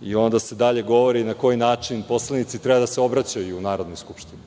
i onda se dalje govori na koji način poslanici treba da se obraćaju u Narodnoj skupštini.